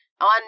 on